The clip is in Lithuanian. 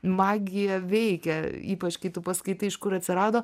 magija veikia ypač kai tu paskaitai iš kur atsirado